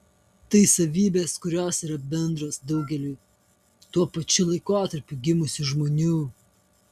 tai savybės kurios yra bendros daugeliui tuo pačiu laikotarpiu gimusių žmonių